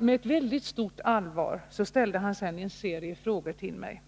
Med ett mycket stort allvar ställde han sedan en serie frågor till mig.